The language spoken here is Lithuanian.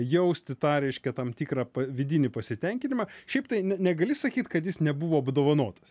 jausti tą reiškia tam tikrą vidinį pasitenkinimą šiaip tai ne negali sakyt kad jis nebuvo apdovanotas